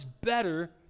better